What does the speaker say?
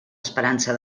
esperança